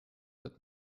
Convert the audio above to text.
wird